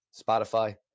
Spotify